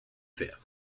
fer